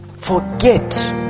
forget